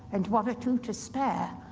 and one or two to spare.